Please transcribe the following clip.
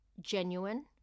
genuine